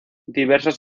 diversas